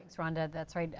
rhonda that's right,